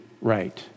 Right